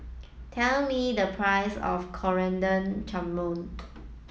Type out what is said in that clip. tell me the price of Coriander Chutney